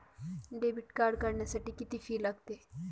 Debit card काढण्यासाठी किती fee लागते?